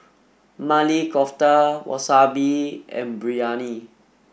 Maili Kofta Wasabi and Biryani